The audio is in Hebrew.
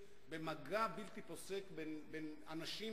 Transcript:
במגע בלתי פוסק בין אנשים,